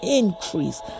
increase